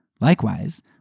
Likewise